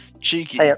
cheeky